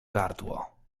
gardło